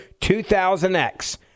2000X